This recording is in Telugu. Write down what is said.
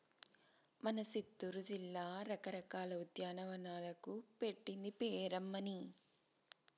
మన సిత్తూరు జిల్లా రకరకాల ఉద్యానవనాలకు పెట్టింది పేరమ్మన్నీ